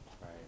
Right